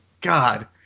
god